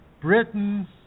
Britain